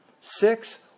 six